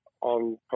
on